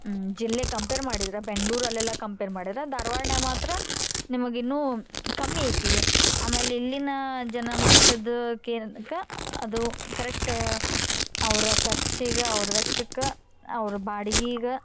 ಜಿಲ್ಲೆಗೆ ಕಂಪೇರ್ ಮಾಡಿದ್ರೆ ಬೆಂಗ್ಳೂರಲ್ಲೆಲ್ಲ ಕಂಪೇರ್ ಮಾಡಿದ್ರೆ ಧಾರ್ವಾಡ್ನ್ಯಾಗ ಮಾತ್ರ ನಿಮಗೆ ಇನ್ನೂ ಕಮ್ಮಿ ಐತಿ ಆಮೇಲೆ ಇಲ್ಲಿನ ಜನಮಟ್ಟದ ಅದು ಕರೆಕ್ಟ್ ಅವ್ರ ಖರ್ಚಿಗೆ ಅವ್ರ ವೆಚ್ಚಕ್ಕೆ ಅವ್ರ ಬಾಡ್ಗಿಗೆ